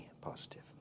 positive